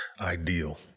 ideal